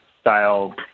style